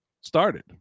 started